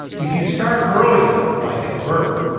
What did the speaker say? if you start early enough, like at birth,